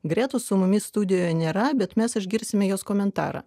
gretos su mumis studijoje nėra bet mes išgirsime jos komentarą